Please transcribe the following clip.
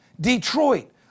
Detroit